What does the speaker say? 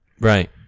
Right